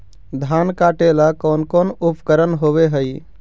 धान काटेला कौन कौन उपकरण होव हइ?